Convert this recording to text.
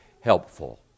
helpful